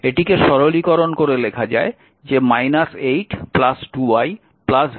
এটিকে সরলীকরণ করে লেখা যায় যে 8 2 i v0 0